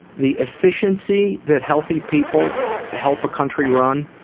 the efficiency that healthy people help a country run,